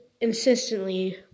insistently